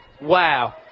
Wow